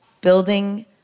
building